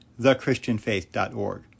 thechristianfaith.org